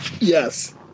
Yes